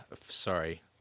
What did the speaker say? sorry